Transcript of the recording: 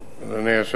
1. אדוני היושב-ראש,